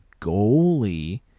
goalie